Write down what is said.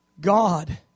God